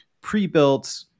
pre-built